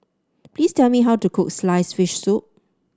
please tell me how to cook sliced fish soup